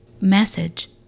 message